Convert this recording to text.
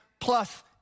plus